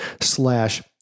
slash